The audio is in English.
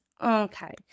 Okay